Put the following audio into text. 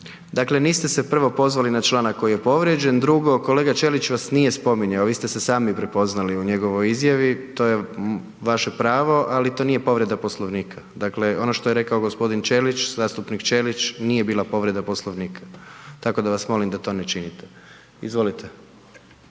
dakle niste se prvo pozvali na članak koji je povrijeđen, drugo kolega Ćelić vas nije spominjao, vi ste se sami prepoznali u njegovoj izjavi to je vaše pravo, ali to nije povreda Poslovnika. Dakle, ono što je rekao gospodin Ćelić, zastupnik Ćelić nije bila povreda Poslovnika. Tako da vas molim da to ne činite. Izvolite.